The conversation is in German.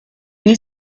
wie